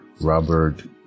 Robert